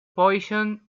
poison